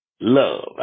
love